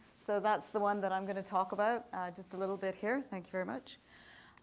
so that's the one that i'm going to talk about just a little bit here. thank you very much.